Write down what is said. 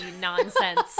nonsense